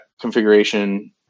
configuration